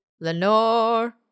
Lenore